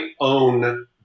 own